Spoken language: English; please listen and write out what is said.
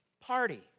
party